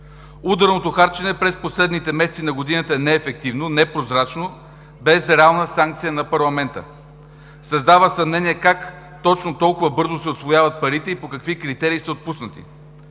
Ударното харчене през последните месеци на годината – неефективно, непрозрачно, без реална санкция на парламента, създава съмнение как точно толкова бързо се усвояват парите и по какви критерии са отпуснати.